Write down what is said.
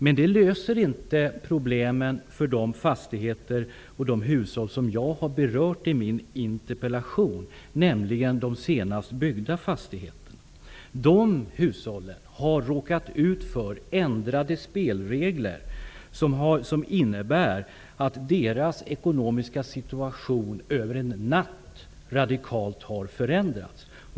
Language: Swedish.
Men det löser inte problemen för de boende i de fastigheter som jag har berört i min interpellation, nämligen de senast byggda fastigheterna. De som bor i dessa har nämligen råkat ut för ändrade spelregler som innebär att deras ekonomiska situation över en natt radikalt har förändrats.